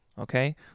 Okay